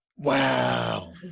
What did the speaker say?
Wow